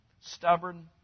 stubborn